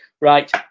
Right